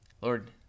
Lord